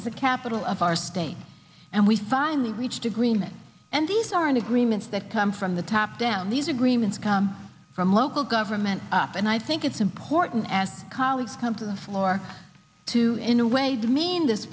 is the capital of our state and we finally reached agreement and these aren't agreements that come from the top down these agreements come from local government up and i think it's important as colleagues come to the floor to in a way that mean this